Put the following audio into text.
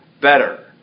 better